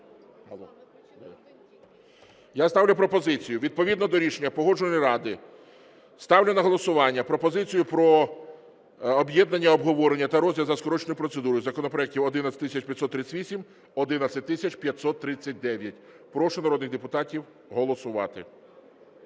Я ставлю пропозицію відповідно до рішення Погоджувальної ради ставлю на голосування пропозицію про об'єднання обговорення та розгляду за скороченою процедурою законопроектів 11538, 11539. Прошу народних депутатів голосувати.